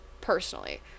personally